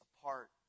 apart